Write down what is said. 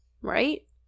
Right